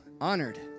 honored